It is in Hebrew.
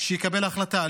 יקבלו החלטה.